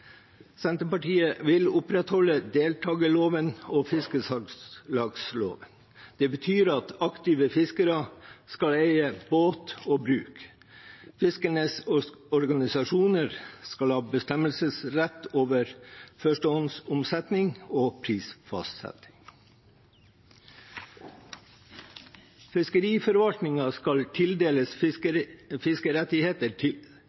Senterpartiet vil opprettholde deltakerloven og fiskesalgslagsloven. Det betyr at aktive fiskere skal eie båt og bruk. Fiskernes organisasjoner skal ha bestemmelsesrett over førstehåndsomsetning og prisfastsetting. Fiskeriforvaltningen skal tildele fiskerettigheter til